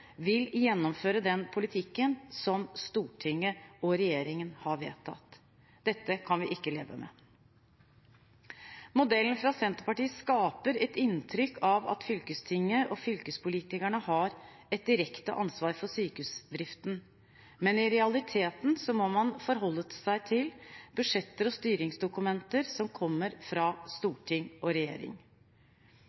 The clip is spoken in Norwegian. vil gjennomføre den politikken som Stortinget og regjeringen har vedtatt. Det kan vi ikke leve med. Modellen fra Senterpartiet skaper et inntrykk av at fylkestinget og fylkespolitikerne har et direkte ansvar for sykehusdriften, men i realiteten må man forholde seg til budsjetter og styringsdokumenter som kommer fra storting og regjering.